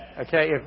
Okay